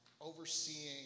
overseeing